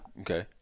Okay